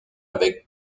avec